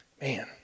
Man